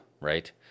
right